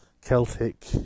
Celtic